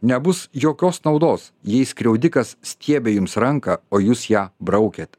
nebus jokios naudos jei skriaudikas stiebia jums ranką o jūs ją braukiat